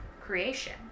creation